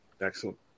Excellent